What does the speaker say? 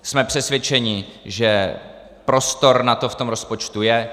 Jsme přesvědčeni, že prostor na to v rozpočtu je.